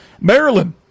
Maryland